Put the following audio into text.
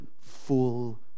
full